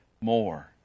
more